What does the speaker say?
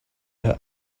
her